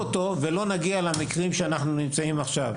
על מנת להימנע מלהגיע למקרים כמו אלה שעליהם שמענו עכשיו.